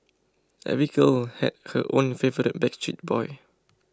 every girl had her own favourite Backstreet Boy